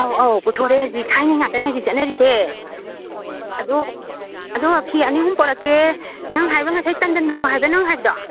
ꯑꯧ ꯑꯧ ꯄꯨꯊꯣꯔꯦ ꯍꯧꯖꯤꯛ ꯊꯥꯏꯅꯩ ꯉꯛꯇꯅꯦ ꯍꯧꯖꯤꯛ ꯆꯠꯅꯔꯤꯁꯦ ꯑꯗꯣ ꯑꯗꯣ ꯐꯤ ꯑꯅꯤ ꯑꯍꯨꯝ ꯄꯣꯔꯛꯀꯦ ꯅꯪ ꯍꯥꯏꯕ ꯉꯁꯥꯏ ꯇꯟꯗꯟ ꯃꯆꯨ ꯍꯥꯏꯕ꯭ꯔꯥ ꯅꯪ ꯍꯥꯏꯕꯗꯣ